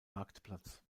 marktplatz